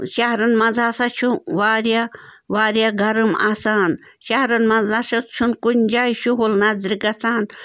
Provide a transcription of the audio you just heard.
شَہرَن منٛز ہَسا چھُ واریاہ واریاہ گرم آسان شَہرَن منٛز ہَسا چھُنہٕ کُنہِ جایہِ شُہُل نظرِ گَژھان